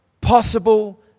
possible